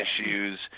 issues